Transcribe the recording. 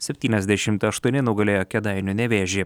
septyniasdešimt aštuoni nugalėjo kėdainių nevėžį